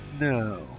No